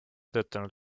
töötanud